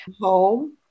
Home